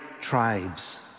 tribes